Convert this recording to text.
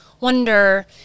wonder